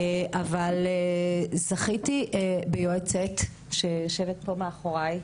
אבל זכיתי ביועצת שיושבת פה מאחורי,